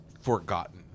forgotten